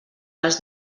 les